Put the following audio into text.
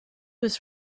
was